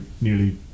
nearly